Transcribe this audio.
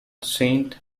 saint